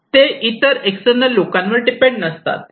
ते इतर एक्स्टर्नल लोकांवर डिपेंड नसतात